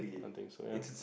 I think so ya